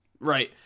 Right